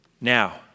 Now